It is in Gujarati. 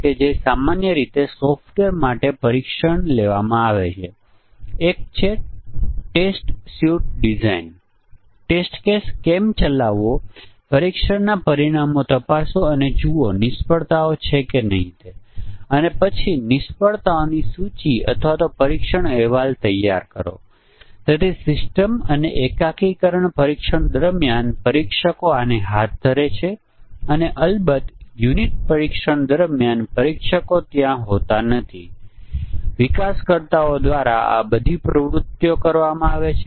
તેથી એવી ધારણા છે કે જ્યારે ફક્ત 2 અથવા 3 ચલો હોય અને જ્યારે તેમની પાસે અન્ય ચલોના મૂલ્યોને ધ્યાનમાં લીધા વગર કોઈ ચોક્કસ મૂલ્ય હોય ત્યારે આપણને સમસ્યા દેખાય છે જે પરીક્ષણના કિસ્સાઓને ઘટાડે છે અને પ્રાયોગિક રૂપે મોટી સંખ્યામાં સોફ્ટવેર પરથી તે જાણવા મળ્યું છે કે જ્યારે આપણે 2 અથવા વધુમાં વધુ 3 ના સંયોજનોનો વિચાર કરીએ ત્યારે તે લગભગ દરેક બગ શોધી શકે છે